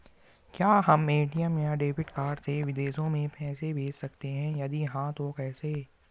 क्या हम ए.टी.एम या डेबिट कार्ड से विदेशों में पैसे भेज सकते हैं यदि हाँ तो कैसे?